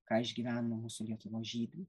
ką išgyveno mūsų lietuvos žydai